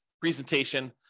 presentation